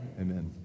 Amen